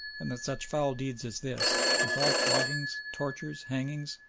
and that such foul deeds as this, with all floggings, tortures, hangings,